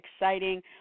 exciting